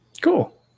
cool